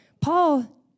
Paul